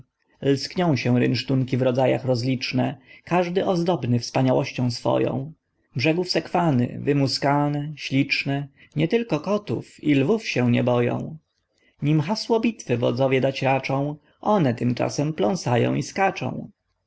stoją lskną się rynsztunki w rodzajach rozliczne każdy ozdobny wspaniałością swoją brzegów sekwany wymuskane śliczne nie tylko kotów i lwów się nie boją nim hasło bitwy wodzowie dać raczą oni tymczasem pląsają i skaczą